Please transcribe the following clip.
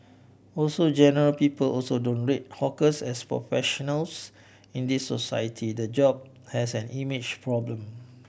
also general people also don't rate hawkers as professionals in this society the job has an image problem